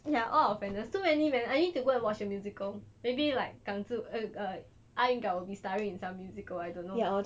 ya all our fandoms so many man I need to go and watch the musical maybe like gang zhi err ai gao will be starring in some musical I don't know